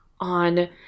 on